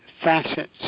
facets